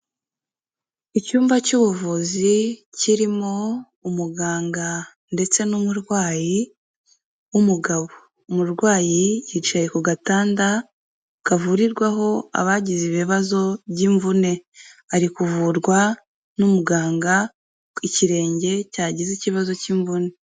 Icyumba cy'ubuvuzi kirimo umuganga ndetse n'umurwayi w'umugabo, umurwayi yicaye ku gatanda kavurirwaho abagize ibibazo by'imvune, ari kuvurwa n'umuganga, ikirenge cyagize ikibazo cy'imvune.